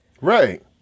Right